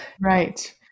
Right